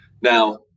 Now